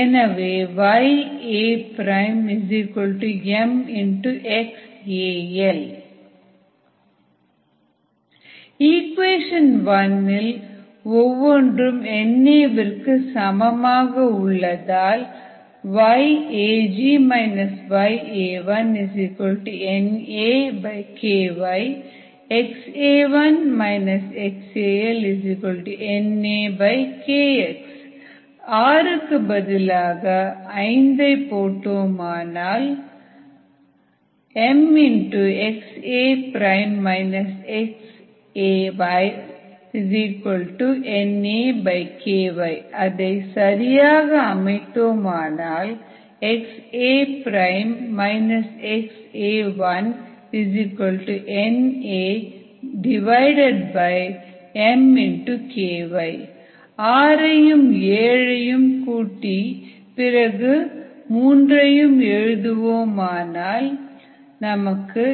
எனவே yAm xAL equation 1 இல் ஒவ்வொன்றும் NA விற்கு சமமாக உள்ளதால் yAG yAiNAky xAi xAL NAkx பதிலாக போட்டால் mxA xAi NAky அதை சரியாக அமைத்தால் xA xAi NAmky ஆரையும் ஏழையும் கூட்டினால் xA xAL NA 1mky 1kx மூன்று இப்போது எழுதுவோமே ஆனால் xA xAL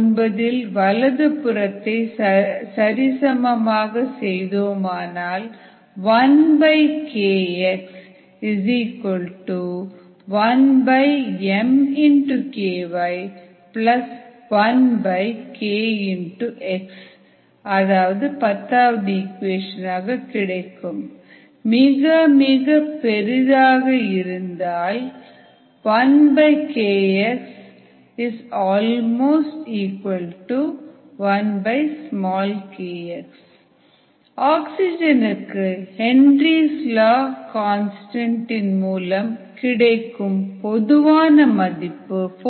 NAKx இல் வலது புறத்தை சரிசமமாக செய்தால் 1Kx 1mky 1kx மிக மிகப்பெரிய இருந்தால் 1Kx ≈ 1kx ஆக்ஸிஜனுக்கு Henry's law constant Henry's law constant இன் மூலம் கிடைக்கும் பொதுவான மதிப்பு 4